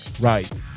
right